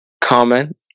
comment